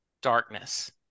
darkness